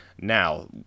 Now